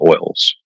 oils